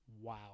Wow